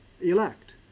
elect